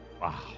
Wow